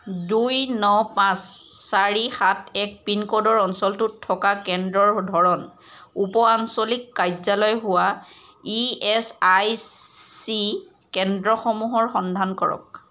দুই ন পাঁচ চাৰি সাত এক পিনক'ডৰ অঞ্চলটোত থকা কেন্দ্ৰৰ ধৰণ উপ আঞ্চলিক কাৰ্যালয় হোৱা ই এছ আই চি কেন্দ্ৰসমূহৰ সন্ধান কৰক